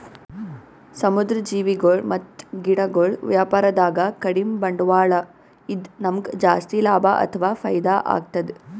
ಸಮುದ್ರ್ ಜೀವಿಗೊಳ್ ಮತ್ತ್ ಗಿಡಗೊಳ್ ವ್ಯಾಪಾರದಾಗ ಕಡಿಮ್ ಬಂಡ್ವಾಳ ಇದ್ದ್ ನಮ್ಗ್ ಜಾಸ್ತಿ ಲಾಭ ಅಥವಾ ಫೈದಾ ಆಗ್ತದ್